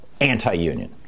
anti-union